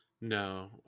No